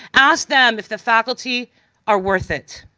ask them if the faculty are worth it.